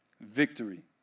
Victory